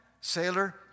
sailor